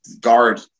guard